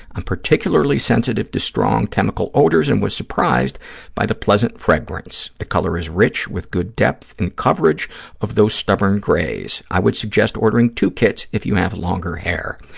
i'm particularly sensitive to strong chemical odors and was surprised by the pleasant fragrance. the color is rich, with good depth and coverage of those stubborn grays. i would suggest ordering two kits if you have longer hair.